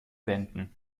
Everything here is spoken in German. wenden